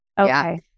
Okay